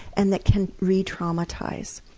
and that can retraumatize.